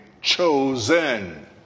chosen